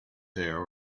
there